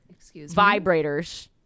vibrators